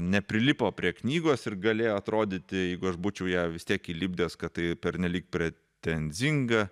neprilipo prie knygos ir galėjo atrodyti jeigu aš būčiau ją vis tiek įlipdęs kad tai pernelyg pretenzinga